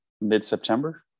mid-september